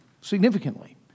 Significantly